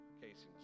casings